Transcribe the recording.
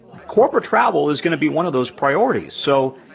corporate travel is gonna be one of those priorities. so,